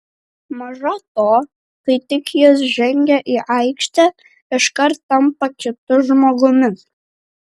maža to kai tik jis žengia į aikštę iškart tampa kitu žmogumi